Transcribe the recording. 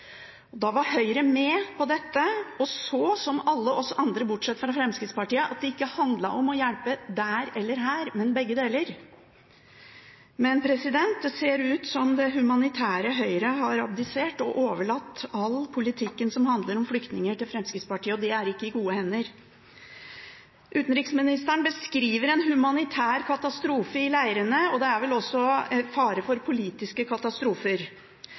Da var Høyre med på dette og så, som alle vi andre – bortsett fra Fremskrittspartiet – at det ikke handlet om å hjelpe der eller her, men begge deler. Det ser ut som om det humanitære Høyre har abdisert og har overlatt all politikk som handler om flyktninger, til Fremskrittspartiet, og det er ikke i gode hender. Utenriksministeren beskriver en humanitær katastrofe i leirene, og det er vel også fare for politiske katastrofer.